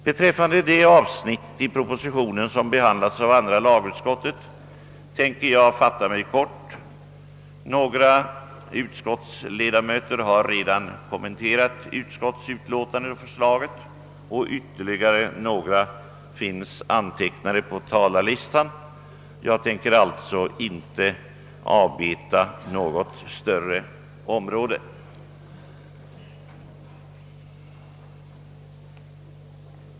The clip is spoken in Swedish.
Beträffande de avsnitt av propositionen som behandlats av andra lagutskottet tänker jag fatta mig kort. Några utskottsledamöter har redan kommenterat förslaget och utlåtandet och ytterligare några finns antecknade på talarlistan. Jag kommer alltså inte att avbeta något större fält.